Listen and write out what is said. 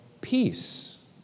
peace